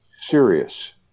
serious